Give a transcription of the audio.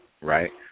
right